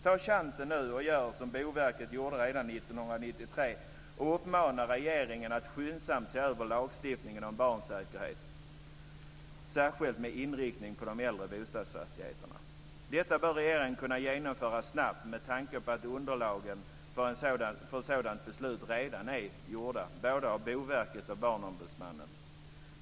Ta nu chansen att göra som Boverket gjorde redan 1993 och uppmana regeringen att skyndsamt se över lagstiftningen om barnsäkerhet, särskilt med inriktning på de äldre bostadsfastigheterna. Detta bör regeringen kunna genomföra snabbt med tanke på att underlagen för ett sådant beslut redan är gjorda både av Boverket och Barnombudsmannen.